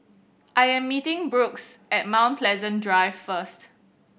I am meeting Brooks at Mount Pleasant Drive first